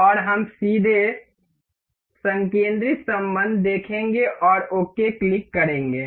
और हम सीधे संकेंद्रित संबंध देखेंगे और ओके क्लिक करेंगे